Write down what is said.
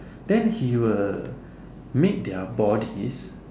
then he will make their bodies